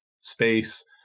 space